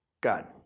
God